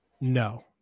No